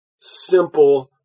simple